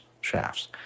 shafts